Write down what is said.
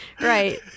right